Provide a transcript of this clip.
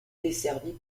desservies